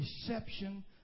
deception